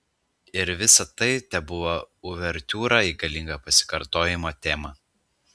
ir visa tai tebuvo uvertiūra į galingą pasikartojimo temą